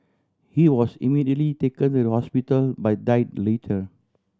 he was immediately taken to the hospital but died later